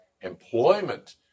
Employment